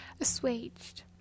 assuaged